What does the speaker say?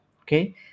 okay